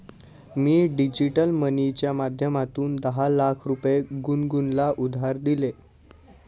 मी digital मनीच्या माध्यमातून दहा लाख रुपये गुनगुनला उधार दिले